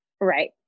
Right